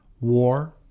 war